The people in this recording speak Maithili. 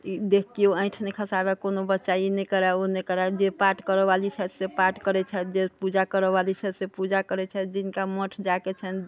ई देख केओ आइन्ठ नहि खसाबै कोनो बच्चा ई नहि करै ओ नहि करै जे पाठ करै वाली छथि से पाठ करै छथि जे पूजा करै वाली छथि से पूजा करै छथि जिनका मठ जाइके छैनि